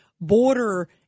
border